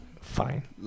Fine